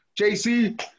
jc